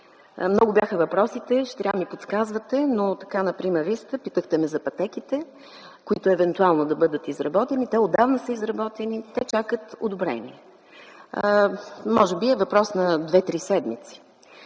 Много бяха въпросите. Трябва да ми подсказвате, но така на прима виста, питахте ме за пътеките, които евентуално да бъдат изработени. Те отдавна са изработени, те чакат одобрение. Може би е въпрос на 2-3 седмици.